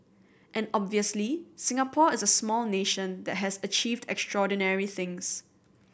and obviously Singapore is a small nation that has achieved extraordinary things